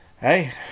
hey